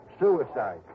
Suicide